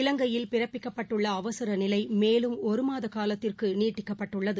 இலங்கையில் பிறப்பிக்கப்பட்டுள்ள அவசரநிலைமேலும் ஒருமாதகாலத்திற்குநீட்டிக்கப்பட்டுள்ளது